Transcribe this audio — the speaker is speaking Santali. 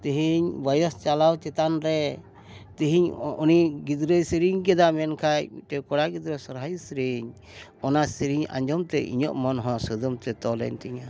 ᱛᱮᱦᱮᱧ ᱵᱚᱭᱚᱥ ᱪᱟᱞᱟᱣ ᱪᱮᱛᱟᱱ ᱨᱮ ᱛᱮᱦᱮᱧ ᱩᱱᱤ ᱜᱤᱫᱽᱨᱟᱹᱭ ᱥᱮᱨᱮᱧ ᱠᱮᱫᱟ ᱢᱮᱱᱠᱷᱟᱱ ᱢᱤᱫᱴᱮᱱ ᱠᱚᱲᱟ ᱜᱤᱫᱽᱨᱟᱹ ᱥᱚᱦᱨᱟᱭ ᱥᱮᱨᱮᱧ ᱚᱱᱟ ᱥᱮᱨᱮᱧ ᱟᱸᱡᱚᱢ ᱛᱮ ᱤᱧᱟᱹᱜ ᱢᱚᱱ ᱦᱚᱸ ᱥᱟᱹᱫᱟᱹᱢ ᱛᱮ ᱛᱚᱞ ᱮᱱ ᱛᱤᱧᱟᱹ